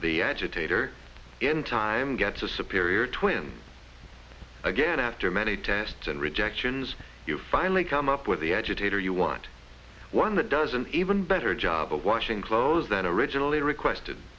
the agitator in time gets a superior twin again after many tests and rejections you finally come up with the agitator you want one that does an even better job of washing clothes than originally requested